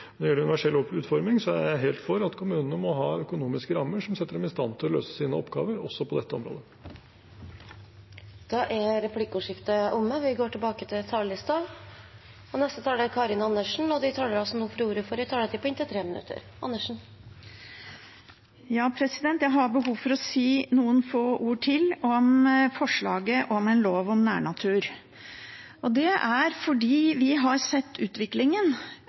Når det gjelder universell utforming, er jeg helt for at kommunene må ha økonomiske rammer som setter dem i stand til å løse sine oppgaver også på dette området. Replikkordskiftet er omme. De talere som heretter får ordet, har også en taletid på inntil 3 minutter. Jeg har behov for å si noen få ord til om forslaget om en lov om nærnatur. Det er fordi vi har sett utviklingen